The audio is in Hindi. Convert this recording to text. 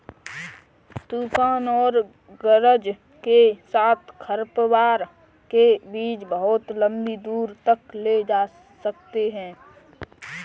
तूफान और गरज के साथ खरपतवार के बीज बहुत लंबी दूरी तक ले जा सकते हैं